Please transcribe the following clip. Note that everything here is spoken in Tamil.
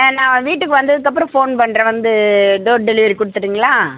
ஆ நான் வீட்டுக்கு வந்ததுக்கப்பறம் ஃபோன் பண்றேன் வந்து டோர் டெலிவரி குடுத்துட்றீங்களா